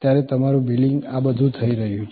ત્યારે તમારું બિલિંગ આ બધું થઈ રહ્યું છે